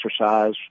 exercise